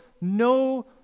no